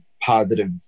positive